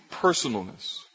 personalness